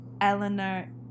Eleanor